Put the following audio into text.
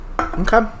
Okay